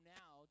now